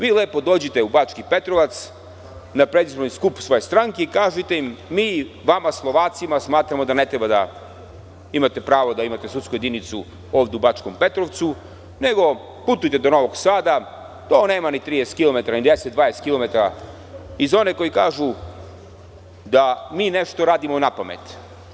Vi lepo dođite u Bački Petrovac, na predizborni skup svoje stranke i kažite im – mi vama Slovacima smatramo da ne treba da imate pravo da imate sudsku jedinicu ovde u Bačkom Petrovcu, nego putujte do Novog Sada, to nema ni 30 kilometara, 10, 20 kilometara, i za one koji kažu da mi nešto radimo napamet.